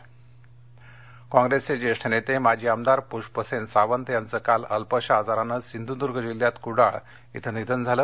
निधन सिंधर्द्य काँप्रेसचे ज्येष्ठ नेते माजी आमदार पुष्पसेन सावंत यांचं काल अल्पशा आजारानं सिंधुद्र्ग जिल्ह्यात कुडाळ इथं निधन झालं